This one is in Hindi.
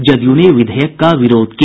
जदयू ने विधेयक का विरोध किया